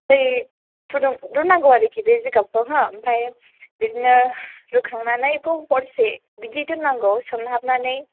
दै फुदुं रुनांगौ आरोखि बे जिगाबखौ हो ओमफ्राय बिदिनो रुखांनानै बेखौ हरसे बिदि दोननांगौ सोमहाबनानै